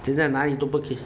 现在哪里都不可以